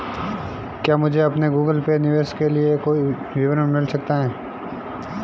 क्या मुझे अपने गूगल पे निवेश के लिए विवरण मिल सकता है?